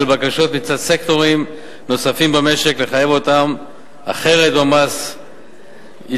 בקשות מצד סקטורים נוספים במשק לחייב אותם אחרת במס ערך מוסף.